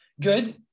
Good